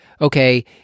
okay